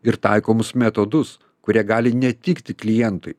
ir taikomus metodus kurie gali netikti klientui